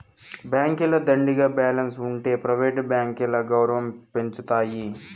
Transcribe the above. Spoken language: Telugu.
బాంకీల దండిగా బాలెన్స్ ఉంటె ప్రైవేట్ బాంకీల గౌరవం పెంచతాయి